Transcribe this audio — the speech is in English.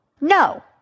No